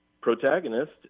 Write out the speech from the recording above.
protagonist